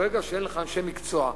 ברגע שאין לך אנשי מקצוע,